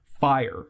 fire